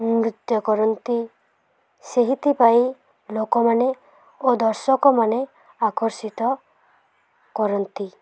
ନୃତ୍ୟ କରନ୍ତି ସେଇଥିପାଇଁ ଲୋକମାନେ ଓ ଦର୍ଶକମାନେ ଆକର୍ଷିତ କରନ୍ତି